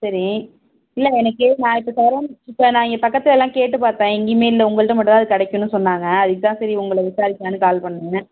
சரி இல்லை எனக்கு நான் இப்போ இப்போ நான் இங்கே பக்கத்துலயெலாம் கேட்டு பார்த்தேன் எங்கேயுமே இல்லை உங்கள்ட்ட மட்டும்தா கிடைக்குன்னு சொன்னாங்க அதுக்குதான் சரி உங்கள விசாரிக்கலாம்ன்னு கால் பண்ணிணேன்